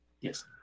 Yes